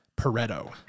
Pareto